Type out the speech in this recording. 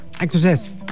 Exorcist